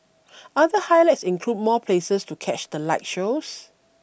other highlights include more places to catch the light shows